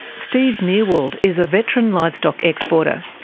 steve meerwald is a veteran livestock exporter.